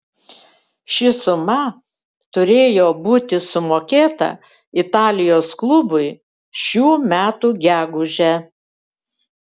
ši suma turėjo būti sumokėta italijos klubui šių metų gegužę